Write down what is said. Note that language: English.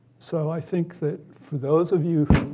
so i think that for those of you,